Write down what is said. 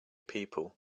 people